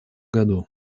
году